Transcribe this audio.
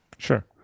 Sure